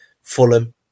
Fulham